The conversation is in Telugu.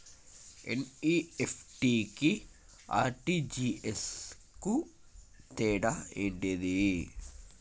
ఎన్.ఇ.ఎఫ్.టి కి ఆర్.టి.జి.ఎస్ కు తేడా ఏంటిది?